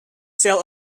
sail